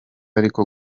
ariko